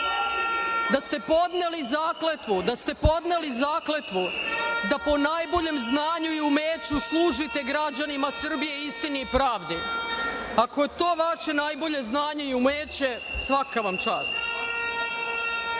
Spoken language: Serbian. da ste podneli zakletvu da po najboljem znanju i umeću služite građanima Srbije istini i pravdi. Ako je to vaše najbolje znanje i umeće, svaka vam čast. Molim